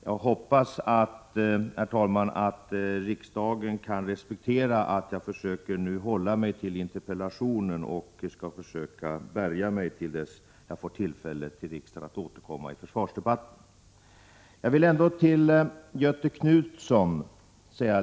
Jag hoppas, herr talman, att riksdagen skall respektera att jag försöker hålla mig till interpellationen och försöker bärga mig tills jag får tillfälle att återkomma till riksdagen i försvarsdebatten. Jag vill ändå säga några ord till Göthe Knutson.